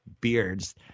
beards